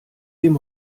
dem